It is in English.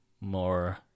more